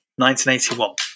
1981